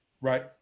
right